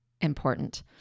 important